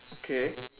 okay